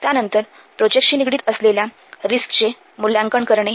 त्यानंतर प्रोजेक्टशी निगडित असलेल्या रिस्क्सचे मूल्यांकन करणे